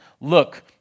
Look